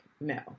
no